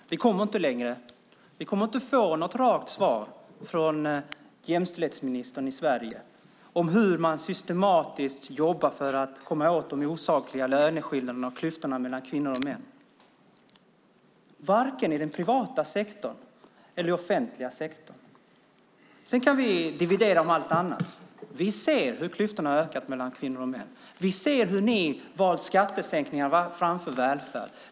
Herr talman! Vi kommer inte längre. Vi kommer inte att få något rakt svar från jämställdhetsministern i Sverige om hur man systematiskt jobbar för att komma åt de osakliga löneskillnaderna och klyftorna mellan kvinnor och män i den privata och den offentliga sektorn. Vi kan dividera om allt möjligt annat, men vi ser hur klyftorna ökat mellan kvinnor och män. Vi ser hur regeringen valt skattesänkningar framför välfärd.